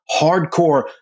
hardcore